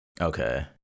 okay